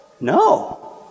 No